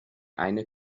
eine